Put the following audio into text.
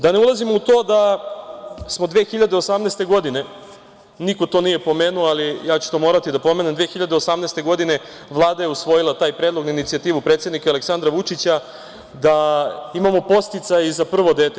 Da ne ulazimo u to da smo 2018. godine, niko to nije pomenuo, ali ja ću to morati da pomenem, 2018. godine Vlada je usvojila taj predlog na inicijativu predsednika Aleksandra Vučića da imamo podsticaj i za prvo dete.